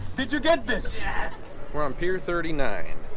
did you get this yeah where i'm pier thirty nine?